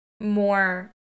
more